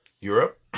Europe